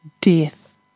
Death